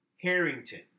Harrington